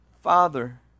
Father